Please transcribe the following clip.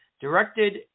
directed